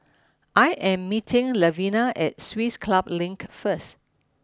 I am meeting Levina at Swiss Club Link first